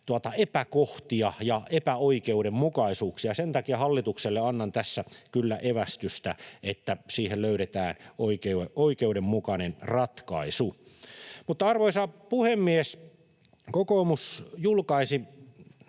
epäkohtia ja epäoikeudenmukaisuuksia, ja sen takia hallitukselle annan tässä kyllä evästystä, että siihen löydettäisiin oikeudenmukainen ratkaisu. Mutta, arvoisa puhemies, kokoomus julkaisi